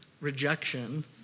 Rejection